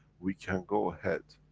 we can go ahead,